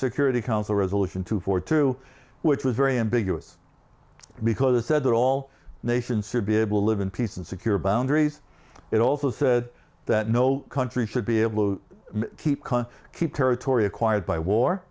security council resolution two forty two which was very ambiguous because it said that all nations should be able to live in peace and secure boundaries it also said that no country should be able to keep the keep territory acquired by war